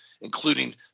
Including